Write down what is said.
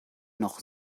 noch